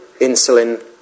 insulin